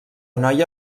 noia